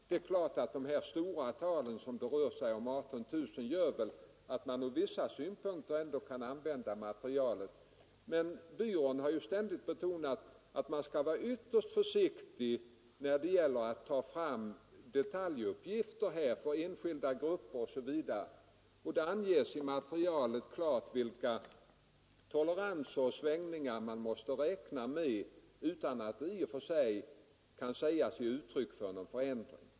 Det stora antalet, 18 000, gör väl att man ur vissa arbetsmarknadssynpunkter ändå kan använda materialet, men statistiska centralbyrån Statistiken har ständigt framhållit att man skall vara ytterst försiktig när det gäller att ta fram detaljuppgifter för enskilda grupper osv. Det anges klart i arbetsmaterialet vilka toleranser och svängningar som kan förekomma utan att dessa i och för sig kan sägas bli uttryck för någon förändring.